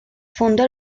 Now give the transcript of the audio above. fundó